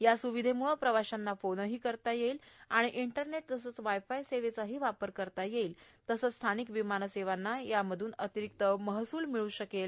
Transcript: या स्रविधेमुळे प्रवाशांना फोनही करता येईल आणि इंटरनेट तसंच वायफाय सेवेचाही वापर करता येईल तसंच स्थानिक विमानसेवांना यामधून अतिरिक्त महसूल मिळू शकणार आहे